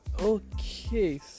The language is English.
Okay